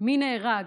מי נהרג,